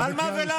על מה ולמה?